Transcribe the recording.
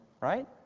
right